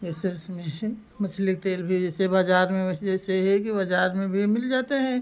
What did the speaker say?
जैसे उसमें है मछली के तेल भी जैसे बाज़ार में मछली जैसे हे कि बाज़ार में भी मिल जाते हैं